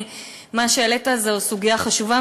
מה שהעלית זו סוגיה חשובה,